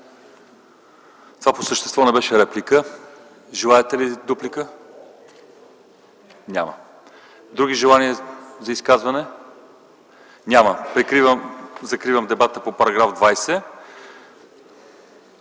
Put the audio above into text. Това по същество не беше реплика. Желаете ли дуплика? Не. Други желаещи за изказване? Няма. Закривам дебата по § 20.